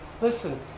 listen